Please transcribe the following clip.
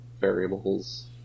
variables